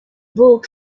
book